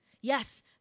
Yes